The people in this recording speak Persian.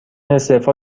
استعفا